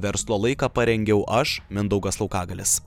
verslo laiką parengiau aš mindaugas laukagalis